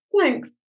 Thanks